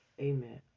Amen